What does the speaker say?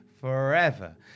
forever